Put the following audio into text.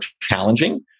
challenging